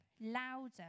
louder